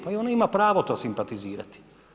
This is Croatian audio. Pa i ona ima pravo to simpatizirati.